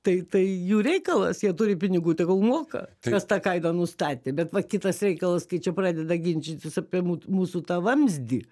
tai tai jų reikalas jie turi pinigų tegul moka kas tą kainą nustatė bet va kitas reikalas kai čia pradeda ginčytis apie mū mūsų tą vamzdį